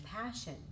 passion